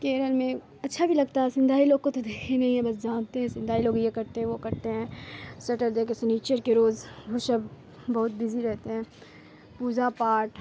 کیرل میں اچھا بھی لگتا ہے سندھی لوگ کو تو دیکھے بھی نہیں ہے بس جانتے ہیں سندھی لوگ یہ کرتے ہیں وہ کرتے ہیں سٹردے سنیچر کے روز وہ سب بہت بزی رہتے ہیں پوجا پاٹھ